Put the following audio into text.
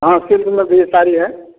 हाँ सिल्क में भी यह साड़ी है